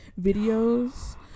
videos